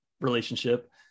relationship